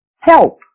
help